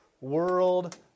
world